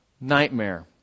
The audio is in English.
nightmare